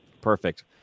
Perfect